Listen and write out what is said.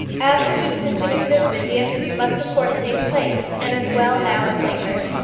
as such intention existed, the interview must of course take place, and as well now as later.